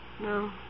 No